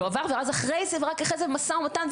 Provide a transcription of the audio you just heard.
והוא עבר ואחרי זה משא ומתן,